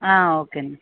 okay అండి